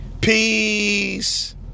Peace